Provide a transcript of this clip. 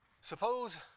Suppose